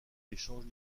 échange